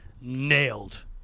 nailed